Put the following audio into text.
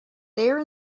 there